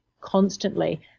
constantly